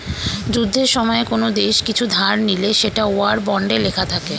যুদ্ধের সময়ে কোন দেশ কিছু ধার নিলে সেটা ওয়ার বন্ডে লেখা থাকে